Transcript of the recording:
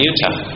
Utah